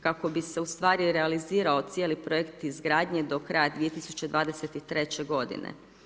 Kako bi se u stvari realizirao cijeli projekt izgradnje do kraja 2023. godine.